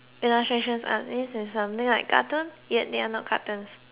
illustration art means it's something like cartoon yet they are not cartoons